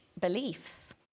beliefs